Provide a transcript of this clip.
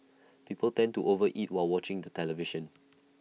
people tend to over eat while watching the television